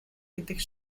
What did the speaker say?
гэдэг